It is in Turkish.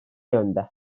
yönde